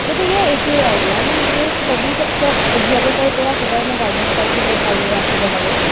গতিকে এইটোৱেই আৰু আৰু মোক ছবিৰ ক্ষেত্ৰত অভিভাৱকৰ পৰা সদায় মই গাইডেঞ্চ পাইছোঁ যে ভালদৰে আঁকিব লাগে